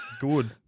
Good